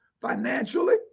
financially